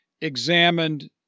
examined